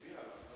הוא הצביע עליו.